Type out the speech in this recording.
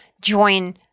join